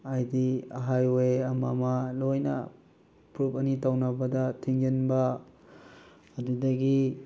ꯍꯥꯏꯗꯤ ꯍꯥꯏꯋꯦ ꯑꯃ ꯑꯃ ꯂꯣꯏꯅ ꯐꯨꯔꯨꯞ ꯑꯅꯤ ꯇꯧꯅꯕꯗ ꯊꯤꯡꯖꯤꯟꯕ ꯑꯗꯨꯗꯒꯤ